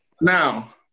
Now